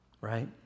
right